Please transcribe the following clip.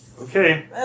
okay